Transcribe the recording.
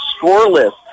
scoreless